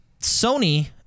Sony